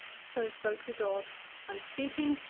so spoke the god and, speaking,